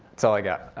that's all i got.